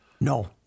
No